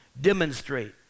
demonstrate